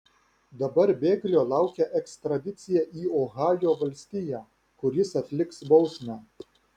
dabar bėglio laukia ekstradicija į ohajo valstiją kur jis atliks bausmę